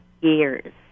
years